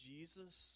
Jesus